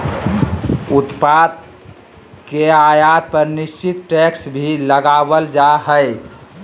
उत्पाद के आयात पर निश्चित टैक्स भी लगावल जा हय